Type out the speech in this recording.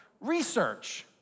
research